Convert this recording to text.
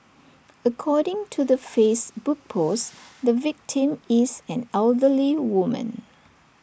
according to the Facebook post the victim is an elderly woman